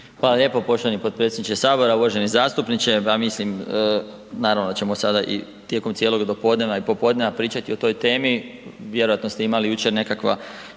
Hvala lijepo poštovanu potpredsjedniče Sabora. Uvaženi zastupniče, pa mislim naravno da ćemo sada i tijekom cijelog do podneva i popodneva pričati o toj temi, vjerojatno ste imali jučer nekakva